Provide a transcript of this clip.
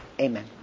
Amen